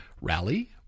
rally